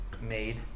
made